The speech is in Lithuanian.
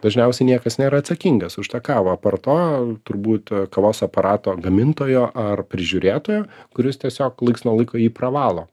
dažniausiai niekas nėra atsakingas už tą kavą apart to turbūt kavos aparato gamintojo ar prižiūrėtojo kuris tiesiog laiks nuo laiko jį pravalo